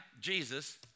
Jesus